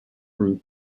group